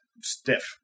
stiff